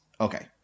okay